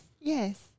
yes